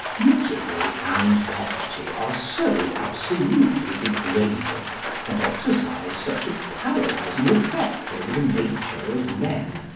misery and poverty are so absolutely degrading and exercise such a paralysing effect over the nature of men,